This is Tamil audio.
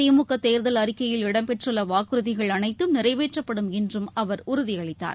திமுகதேர்தல் அறிக்கையில் இடம்பெற்றுள்ளவாக்குறதிகள் அனைத்தும் நிறைவேற்றப்படும் என்றும் அவர் உறுதியளித்தார்